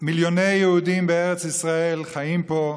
מיליוני יהודים בארץ ישראל חיים פה,